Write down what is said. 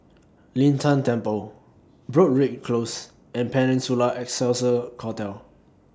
Lin Tan Temple Broadrick Close and Peninsula Excelsior Hotel